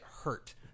hurt